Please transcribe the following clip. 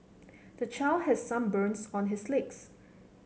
the child has some burns on his legs